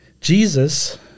Jesus